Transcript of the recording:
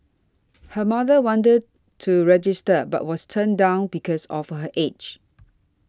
her mother wanted to register but was turned down because of her age